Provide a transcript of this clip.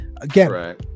again